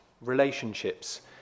relationships